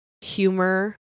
humor